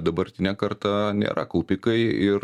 dabartinė karta nėra kaupikai ir